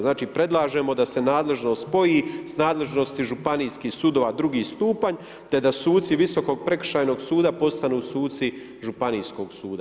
Znači predlažemo da se nadležnost spoji s nadležnosti županijskih sudova drugi stupanj, te da suci Visokog prekršajnog suda postanu suci Županijskog suda.